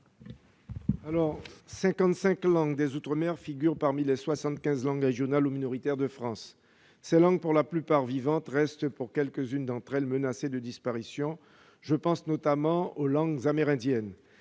langues des outre-mer figurent parmi les soixante-quinze langues régionales ou minoritaires de France. Ces langues, pour la plupart vivantes, restent pour quelques-unes d'entre elles menacées de disparition. Je pense notamment aux langues amérindiennes.